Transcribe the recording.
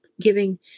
giving